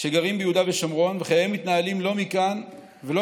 שגרים ביהודה ושומרון וחייהם מתנהלים לא מכאן ולא